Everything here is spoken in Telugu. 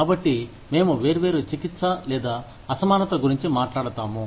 కాబట్టి మేము వేర్వేరు చికిత్స లేదా అసమానత గురించి మాట్లాడతాము